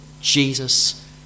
Jesus